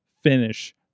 finish